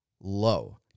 Low